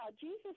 Jesus